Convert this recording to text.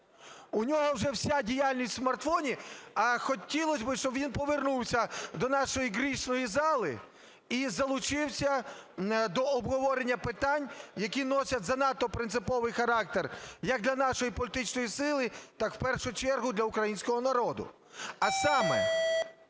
У нього вже вся діяльність у смартфоні, а хотілось би, щоб він повернувся до нашої грішної зали і залучився до обговорення питань, які носять занадто принциповий характер як для нашої політичної сили, так і, в першу чергу, для українського народу. А саме,